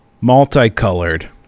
multicolored